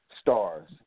stars